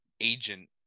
agent